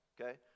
okay